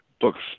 books